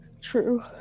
True